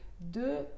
de